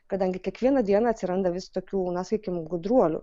kadangi kiekvieną dieną atsiranda vis tokių na sakykim gudruolių